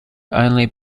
only